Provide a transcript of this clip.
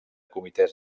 comitès